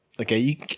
Okay